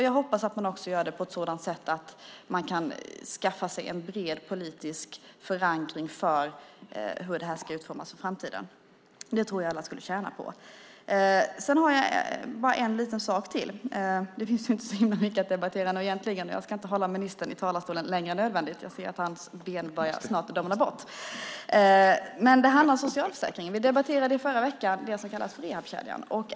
Jag hoppas också att man gör det på ett sådant sätt att man kan skaffa sig en bred politisk förankring för hur det här ska utformas i framtiden. Det tror jag att alla skulle tjäna på. Jag har en liten sak till. Det finns så inte himla mycket att debattera nu egentligen. Jag ska inte hålla ministern i talarstolen längre än nödvändigt. Jag ser att hans ben snart börjar domna bort. Det handlar om socialförsäkringen. Vi debatterade förra veckan det som kallas rehabkedjan.